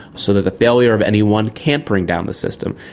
so that the failure of any one can't bring down the system.